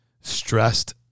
stressed